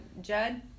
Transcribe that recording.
Judd